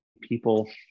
people